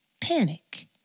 panic